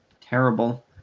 terrible